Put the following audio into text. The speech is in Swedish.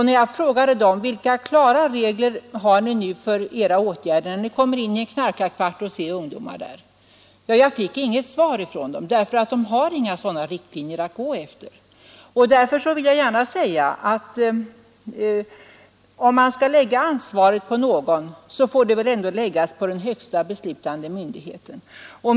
När jag frågade dem vilka regler de hade för sina åtgärder då de kom in i knarkarkvartar och där påträffade ungdomar fick jag inget svar, ty de har inga riktlinjer att gå efter. Därför anser jag att om man skall lägga ansvaret på någon får det väl ändå bli på den högsta beslutande myndigheten.